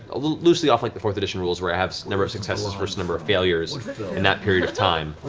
ah loosely off like the fourth edition rules, where i have number of successes vs number of failures in that period of time,